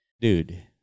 Dude